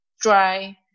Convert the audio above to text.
dry